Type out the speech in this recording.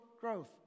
growth